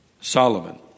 Solomon